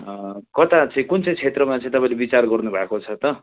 कता चाहिँ कुन चाहिँ क्षेत्रमा चाहिँ तपाईँले विचार गर्नु भएको छ त